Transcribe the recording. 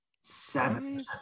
seven